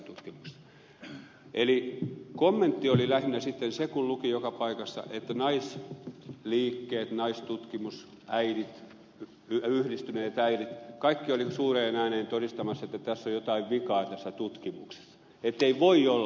kommentti oli lähinnä sitten se kun luki joka paikassa että naisliikkeet naistutkimus äidit yhdistyneet äidit kaikki olivat suureen ääneen todistamassa että tässä tutkimuksessa on jotain vikaa ettei voi olla